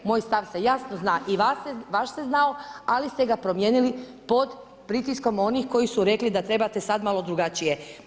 Moj stav ste jasno zna i vaš se znao, ali ste ga promijenili pod pritiskom onih koji su rekli da trebate sada malo drugačije.